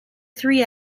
three